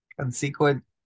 consequent